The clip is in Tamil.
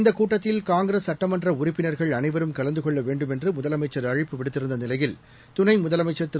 இந்தக் கூட்டத்தில் காங்கிரஸ் சுட்டமன்ற உறுப்பினர்கள் அனைவரும் கலந்து கொள்ள வேண்டும் என்று முதலமைச்சர் அழைப்பு விடுத்திருந்த நிலையில் துணை முதலமைச்சர் திரு